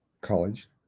college